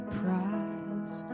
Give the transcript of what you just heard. prize